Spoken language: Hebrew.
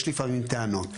יש לפעמים טענות,